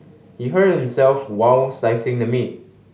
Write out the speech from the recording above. he hurt himself while slicing the meat